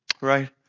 Right